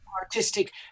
artistic